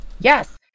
Yes